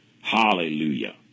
Hallelujah